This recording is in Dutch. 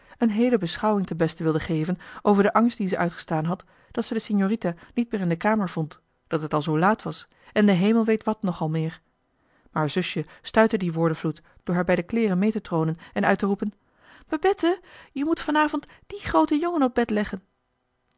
een heele beschouwing ten beste wilde geven over den angst dien ze uitgestaan had dat ze de signorita niet meer in de kamer vond dat het al zoo laat was en de hemel weet wat nogal meer maar zusje stuitte dien woordenvloed door haar bij de kleeren mee te tronen en uit te roepen babette je moet vanavond dien grooten jongen op bed leggen